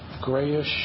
grayish